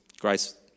grace